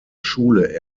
schule